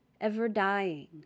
ever-dying